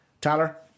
Tyler